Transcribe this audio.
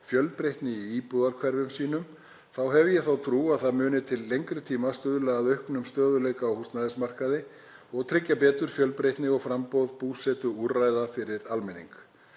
fjölbreytni í íbúðahverfum sínum. Þá hef ég þá trú að það muni til lengri tíma stuðla að auknum stöðugleika á húsnæðismarkaði og tryggja betur fjölbreytni og framboð búsetuúrræða fyrir almenning.